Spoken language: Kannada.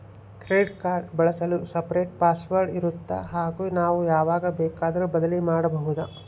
ಕ್ರೆಡಿಟ್ ಕಾರ್ಡ್ ಬಳಸಲು ಸಪರೇಟ್ ಪಾಸ್ ವರ್ಡ್ ಇರುತ್ತಾ ಹಾಗೂ ನಾವು ಯಾವಾಗ ಬೇಕಾದರೂ ಬದಲಿ ಮಾಡಬಹುದಾ?